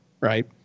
Right